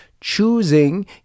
choosing